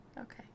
Okay